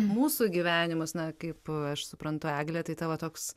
mūsų gyvenimus na kaip aš suprantu egle tai tavo toks